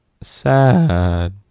sad